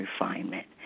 refinement